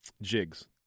jigs